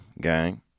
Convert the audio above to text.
Gang